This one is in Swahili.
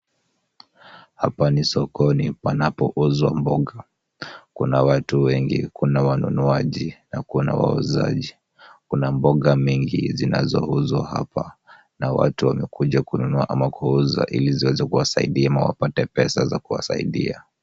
Hapa ni sokoni panapouzwa mboga. Kuna watu wengi, kuna wanunuaji na kuna wauzaji. Kuna mboga mengi zinazouzwa hapa na watu wamekuja kununua ama kuuza ili ziweze kuwasaidia ama wapate pesa za kuwasaidia.